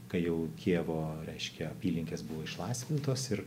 kai jau kijevo reiškia apylinkės buvo išlaisvintos ir